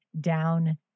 down